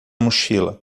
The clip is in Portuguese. mochila